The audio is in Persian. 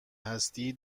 هستی